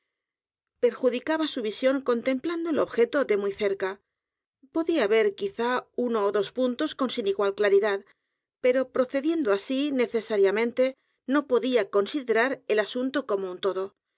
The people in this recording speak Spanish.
perjudicaba su visión contemplando el objeto de muy cerca podía ver quizá uno ó dos puntos con sin igual claridad pero procediendo así necesariamente no podía considerar el asunto como un todo